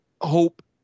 hope